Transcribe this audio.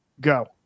Go